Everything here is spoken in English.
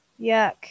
Yuck